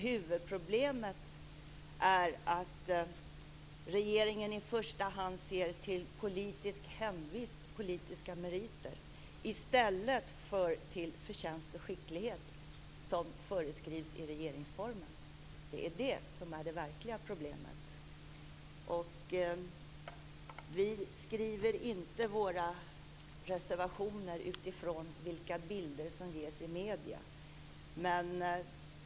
Huvudproblemet är att regeringen i första hand ser till politisk hemvist och politiska meriter i stället för till förtjänst och skicklighet, som föreskrivs i regeringsformen. Det är det som är det verkliga problemet. Vi skriver inte våra reservationer utifrån vilka bilder som ges i medierna.